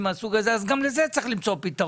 מהסוג הזה אז גם לזה צריך למצוא פתרון.